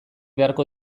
beharko